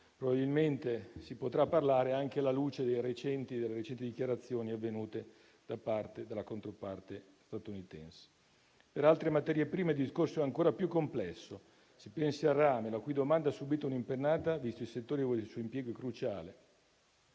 probabilmente si potrà parlare, anche alla luce delle recenti dichiarazioni venute dalla controparte statunitense. Per altre materie prime il discorso è ancora più complesso: si pensi al rame, la cui domanda ha subito un'impennata, visti i settori ove il suo impiego è cruciale.